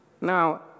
Now